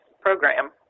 program